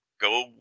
go